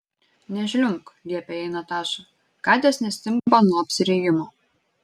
nežliumbk liepė jai nataša katės nestimpa nuo apsirijimo